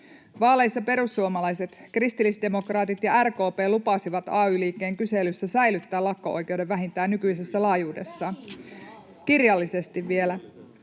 Vaaleissa perussuomalaiset, kristillisdemokraatit ja RKP lupasivat ay-liikkeen kyselyssä säilyttää lakko-oikeuden vähintään nykyisessä laajuudessaan. [Antti